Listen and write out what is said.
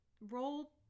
Roll